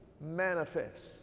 manifest